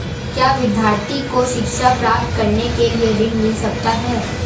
क्या विद्यार्थी को शिक्षा प्राप्त करने के लिए ऋण मिल सकता है?